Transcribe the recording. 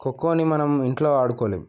ఖోఖోని మనం ఇంట్లో ఆడుకోలేం